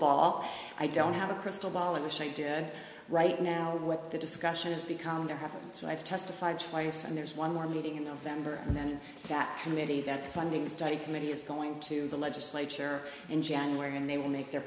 ball i don't have a crystal ball i wish i did right now what the discussion has become to happen so i've testified twice and there's one more meeting in november and then that committee that funding study committee is going to the legislature in january and they will make their